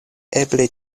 eble